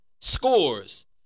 scores